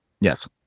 Yes